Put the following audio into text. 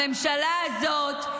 הממשלה הזאת,